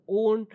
own